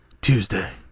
Tuesday